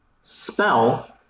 spell